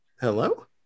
Hello